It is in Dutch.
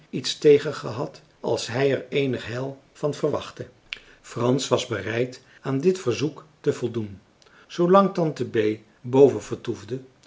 iets tegen gehad als hij er eenig heil van verwachtte frans was bereid aan dit verzoek te voldoen zoolang tante bee boven vertoefde